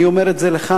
אני אומר את זה לך,